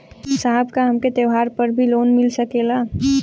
साहब का हमके त्योहार पर भी लों मिल सकेला?